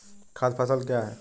खाद्य फसल क्या है?